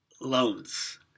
loans